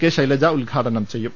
K Shailaja ഉദ്ഘാടനം ചെയ്യും